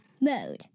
Mode